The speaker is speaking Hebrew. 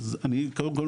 אני קודם כל,